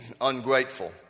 ungrateful